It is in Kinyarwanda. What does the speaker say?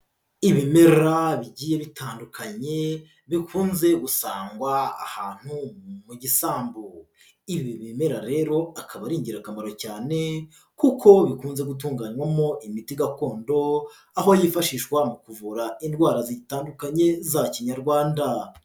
Ibimera bigiye bitandukanye bikunze gusangwa ahantu mu gisambu. Ibi bimera rero akaba ari ingirakamaro cyane kuko bikunze gutunganywamo imiti gakondo. aho yifashishwa mu kuvura indwara zitandukanye za kinyarwanda.